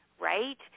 right